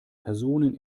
personen